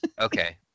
Okay